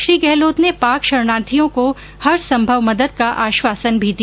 श्री गहलोत ने पाक शरणार्थियों को हर संभव मदद का आश्वासन दिया